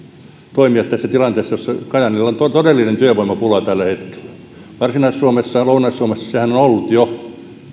toimia tässä tilanteessa jossa kajaanilla on todellinen työvoimapula tällä hetkellä varsinais suomessa ja lounais suomessahan se on ollut jo